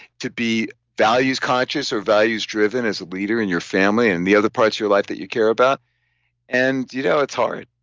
to be values conscious or values driven as a leader in your family and the other parts of your life that you care about and you know it's hard,